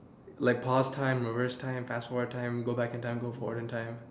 like pass time reverse time fast forward time go back in time go forward in time